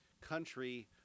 country